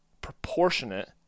proportionate